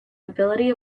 ability